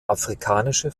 afrikanische